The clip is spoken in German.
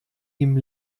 ihm